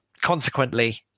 consequently